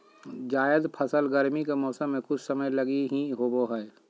जायद फसल गरमी के मौसम मे कुछ समय लगी ही होवो हय